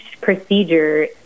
procedure